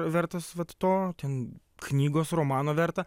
vertas vat to ten knygos romano verta